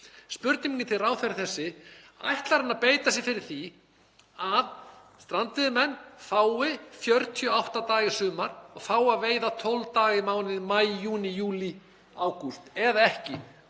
Spurning mín til ráðherra er þessi: Ætlar hann að beita sér fyrir því að strandveiðimenn fái 48 daga í sumar og fái að veiða 12 daga í mánuði maí, júní, júlí, ágúst, eða ekki?